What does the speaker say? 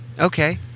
Okay